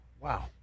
Wow